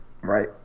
right